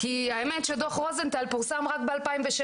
האמת שדוח רוזנטל פורסם רק ב-2006,